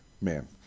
man